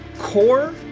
Core